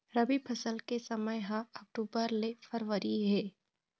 रबी फसल के समय ह अक्टूबर ले फरवरी हे